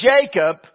Jacob